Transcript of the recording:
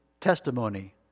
testimony